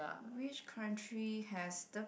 which country has the